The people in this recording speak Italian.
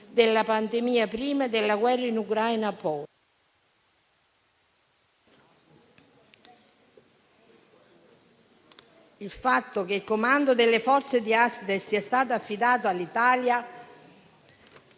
della pandemia prima e della guerra in Ucraina poi. Il fatto che il comando delle forze di Aspides sia stato affidato all'Italia